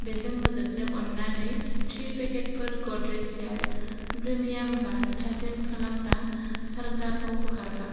बेजों लोगोसे अन्नानै त्रि पेकेटफोर गडरेज एयार प्रीमियाम बार थाजिम खालामग्रा सारग्राखौ बोखारफा